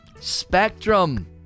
Spectrum